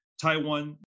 Taiwan